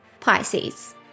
Pisces